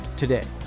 today